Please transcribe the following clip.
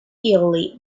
early